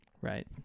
Right